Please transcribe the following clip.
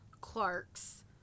Clark's